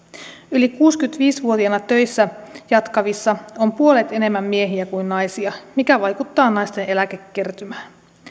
yli kuusikymmentäviisi vuotiaina töissä jatkavissa on puolet enemmän miehiä kuin naisia mikä vaikuttaa naisten eläkekertymään